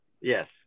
Yes